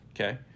Okay